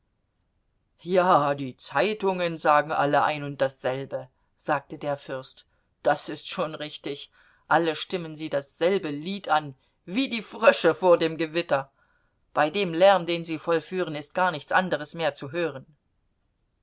ja die zeitungen sagen alle ein und dasselbe sagte der fürst das ist schon richtig alle stimmen sie dasselbe lied an wie die frösche vor dem gewitter bei dem lärm den sie vollführen ist gar nichts anderes mehr zu hören